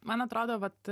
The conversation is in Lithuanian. man atrodo vat